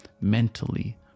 mentally